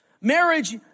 Marriage